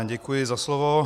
Děkuji za slovo.